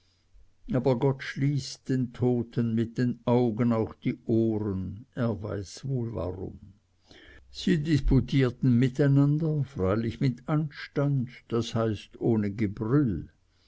aber gott schließt den toten mit den augen auch die ohren er weiß wohl warum sie disputierten miteinander freilich mit anstand das heißt ohne gebrüll